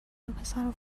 وپسرو